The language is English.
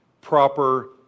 proper